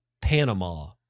Panama